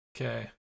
Okay